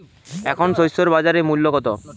এখন শসার বাজার মূল্য কত?